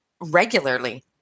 regularly